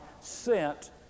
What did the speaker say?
sent